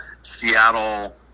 Seattle